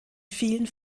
vielen